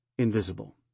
invisible